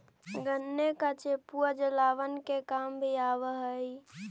गन्ने का चेपुआ जलावन के काम भी आवा हई